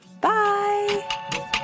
Bye